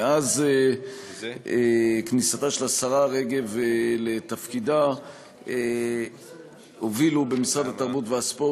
מאז כניסתה של השרה רגב לתפקידה הובילו במשרד התרבות והספורט